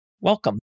Welcome